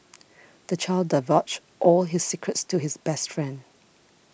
the child divulged all his secrets to his best friend